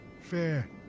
Fair